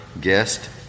guest